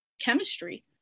chemistry